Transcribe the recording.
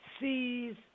sees